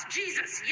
jesus